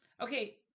Okay